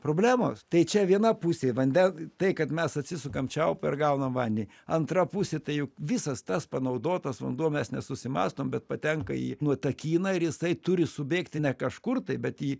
problemos tai čia viena pusė vanden tai kad mes atsisukam čiaupą ir gaunam vandenį antra pusė tai juk visas tas panaudotas vanduo mes nesusimąstom bet patenka į nuotakyną ir jisai turi subėgti ne kažkur tai bet į